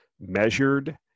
measured